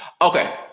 Okay